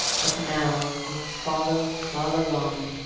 but now, oh, follow, follow on,